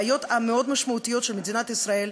הבעיות המאוד-משמעותיות של מדינת ישראל,